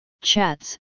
chats